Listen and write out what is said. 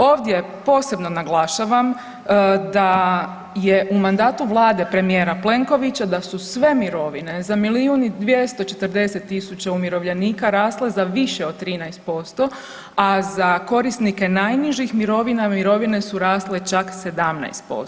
Ovdje posebno naglašavam da je u mandatu Vlade premijera Plenkovića da su sve mirovine za milijun i 240.000 umirovljenika rasle za više od 13%, a za korisnike najnižih mirovina mirovine su rasle čak 17%